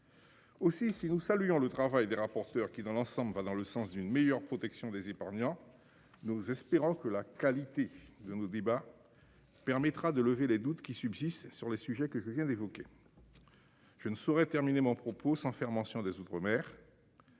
Aussi, si nous saluons le travail des rapporteurs qui dans l'ensemble va dans le sens d'une meilleure protection des épargnants. Nous espérons que la qualité de nos débats. Permettra de lever les doutes qui subsistent sur les sujets que je viens d'évoquer. Je ne saurais terminer mon propos sans faire mention des outre-mer.